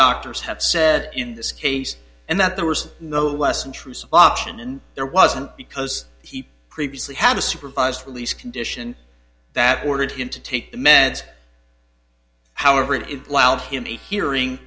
doctors have said in this case and that there was no less intrusive option and there wasn't because he previously had a supervised release condition that ordered him to take the mend however it is allowed him to hearing